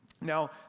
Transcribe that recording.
Now